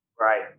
Right